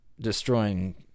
destroying